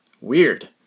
Weird